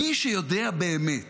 מי שיודע באמת,